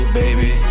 baby